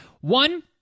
One